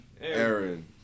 Aaron